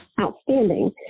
outstanding